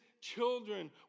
children